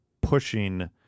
pushing